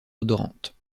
odorantes